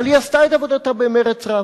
אבל היא עשתה את עבודתה במרץ רב.